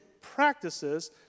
practices